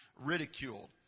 ridiculed